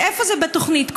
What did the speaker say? אז איפה זה בתוכנית?